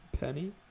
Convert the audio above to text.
Penny